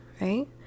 right